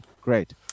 Great